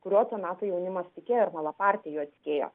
kuriuo to meto jaunimas tikėjo ir malaparti juo tikėjo